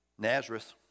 Nazareth